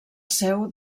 seu